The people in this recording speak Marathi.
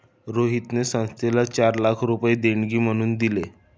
रोहितने संस्थेला चार लाख रुपये देणगी म्हणून दिले